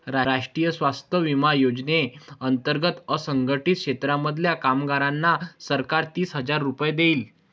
राष्ट्रीय स्वास्थ्य विमा योजने अंतर्गत असंघटित क्षेत्रांमधल्या कामगारांना सरकार तीस हजार रुपये देईल